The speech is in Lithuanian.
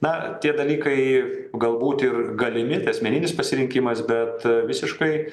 na tie dalykai galbūt ir galimi tai asmeninis pasirinkimas bet visiškai